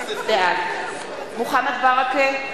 בעד מוחמד ברכה,